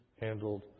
handled